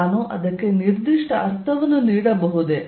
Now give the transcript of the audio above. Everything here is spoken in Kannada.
ನಾನು ಅದಕ್ಕೆ ನಿರ್ದಿಷ್ಟ ಅರ್ಥವನ್ನು ನೀಡಬಹುದೇ